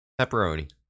Pepperoni